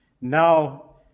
now